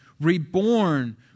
reborn